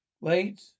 Wait